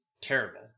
terrible